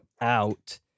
out